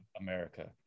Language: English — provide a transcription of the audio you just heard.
America